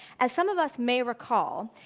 as some of us may recall,